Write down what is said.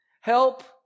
help